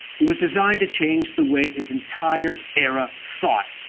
it was designed to change the way his entire era thought.